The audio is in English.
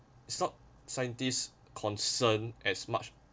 it's not scientists' concern as much